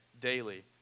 daily